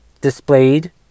displayed